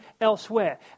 elsewhere